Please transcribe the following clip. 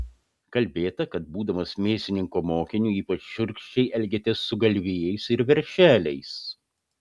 kalbėta kad būdamas mėsininko mokiniu ypač šiurkščiai elgėtės su galvijais ir veršeliais